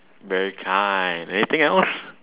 very kind anything else